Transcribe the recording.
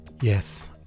Yes